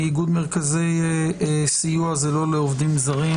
מאיגוד מרכזי סיוע לנפגעות ונפגעי תקיפה